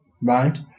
Right